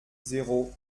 zéro